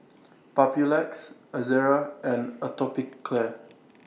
Papulex Ezerra and Atopiclair